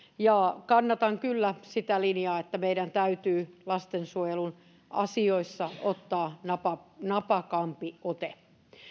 ja kannatan kyllä sitä linjaa että meidän täytyy lastensuojelun asioissa ottaa napakampi ote